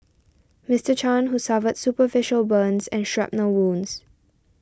Mister Chan who suffered superficial burns and shrapnel wounds